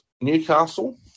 Newcastle